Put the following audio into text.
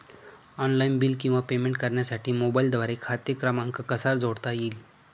Online bill किंवा payment करण्यासाठी मोबाईलद्वारे खाते क्रमांक कसा जोडता येईल?